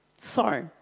Sorry